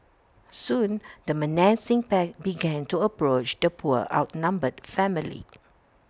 soon the menacing pack began to approach the poor outnumbered family